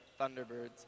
Thunderbirds